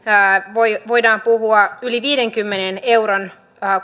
voidaan puhua yli viidenkymmenen euron